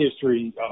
history